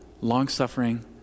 long-suffering